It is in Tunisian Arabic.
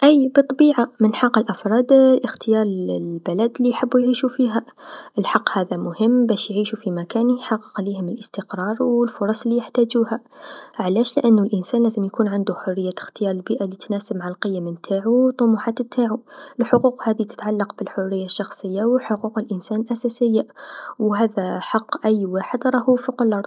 أي بالطبيعه من الحق الأفراد إختيار البلد ليحبو يعيشو فيها، الحق هذا مهم باش يعيشو في مكان يححقق ليهم الإستقرار و الفرص ليحتاجوها، علاش لأنو الإنسان لازم يكون عندو حرية إختيار البيئه لتتناسب مع القيم نتاعو و طموحات تاعو، الحقوق هذي تتعلق بالحريه الشخصيه و الحقوق الإنسان الأساسيه و هذا حق أي واحد راهو فوق اللرض.